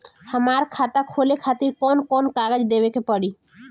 हमार खाता खोले खातिर कौन कौन कागज देवे के पड़ी?